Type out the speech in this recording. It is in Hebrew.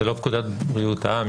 זה לא פקודת בריאות העם.